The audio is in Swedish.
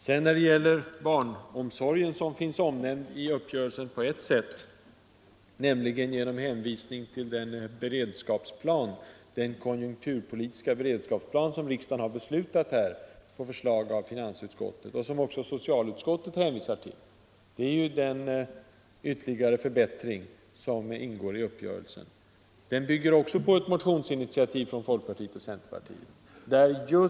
Förbättringen av barnomsorgen, som finns omnämnd i uppgörelsen på ett sätt, nämligen genom hänvisning till den konjunkturpolitiska beredskapsplan som riksdagen har beslutat om, på förslag av finansutskottet, och som också socialutskottet hänvisar till, bygger även den på ett motionsinitiativ från folkpartiet och centerpartiet.